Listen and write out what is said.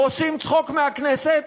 עושים צחוק מהכנסת,